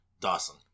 Dawson